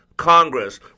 Congress